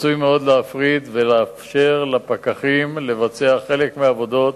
רצוי מאוד להפריד ולאפשר לפקחים לבצע חלק מהעבודות,